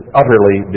utterly